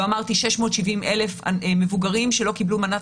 ועוד 670,000 מבוגרים שלא קיבלו מנת